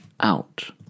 out